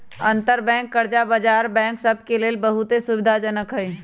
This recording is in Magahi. अंतरबैंक कर्जा बजार बैंक सभ के लेल बहुते सुविधाजनक हइ